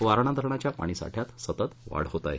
वारणा धरणाच्या पाणी साठयात सतत वाढ होत आहे